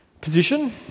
Position